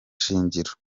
shingiro